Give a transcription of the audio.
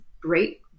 great